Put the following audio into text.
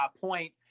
point